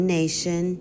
nation